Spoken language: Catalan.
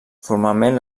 formalment